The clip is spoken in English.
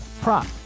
prop